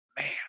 man